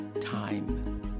time